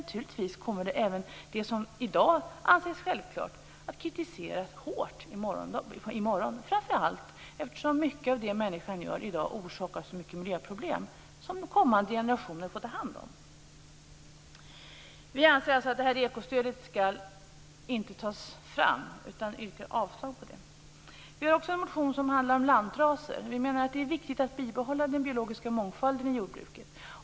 Naturligtvis kommer även det som i dag anses som självklart att kritiseras hårt i morgon - framför allt eftersom mycket av det som människan gör i dag orsakar så mycket miljöproblem som kommande generationer får ta hand om.